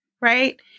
right